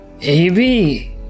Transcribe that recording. AB